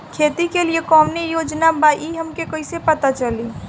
खेती के लिए कौने योजना बा ई हमके कईसे पता चली?